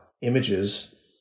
images